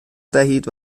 دهید